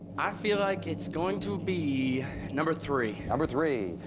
i feel like it's going to be number three. number three.